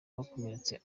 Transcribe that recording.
bakomeretse